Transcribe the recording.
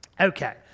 Okay